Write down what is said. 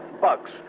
bucks